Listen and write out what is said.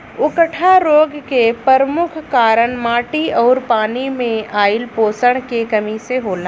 उकठा रोग के परमुख कारन माटी अउरी पानी मे आइल पोषण के कमी से होला